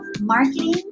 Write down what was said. marketing